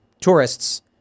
tourists